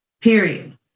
Period